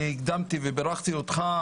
אני הקדמתי ובירכתי אותך,